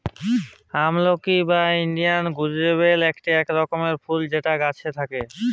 আমলকি বা Indian gooseberry ইকটি রকমকার ফুল যেটা গাছে থাক্যে